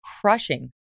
crushing